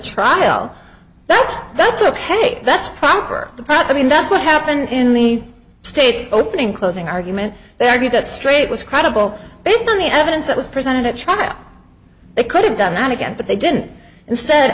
that's that's ok that's proper the proper mean that's what happened in the state's opening closing argument they argued that straight was credible based on the evidence that was presented at trial they could have done that again but they didn't instead